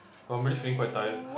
!wah! I'm really feeling quite tired